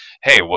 hey